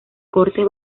cortes